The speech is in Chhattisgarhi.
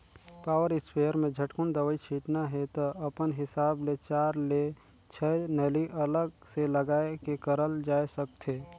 पावर स्पेयर में झटकुन दवई छिटना हे त अपन हिसाब ले चार ले छै नली अलग से लगाये के करल जाए सकथे